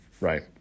right